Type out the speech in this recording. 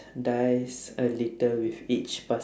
dies a little with each pass~